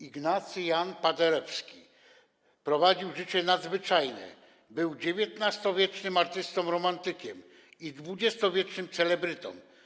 Ignacy Jan Paderewski prowadził życie nadzwyczajne, był XIX-wiecznym artystą, romantykiem i XX-wiecznym celebrytą.